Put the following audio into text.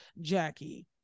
Jackie